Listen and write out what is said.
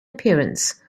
appearance